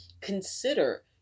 consider